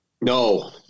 No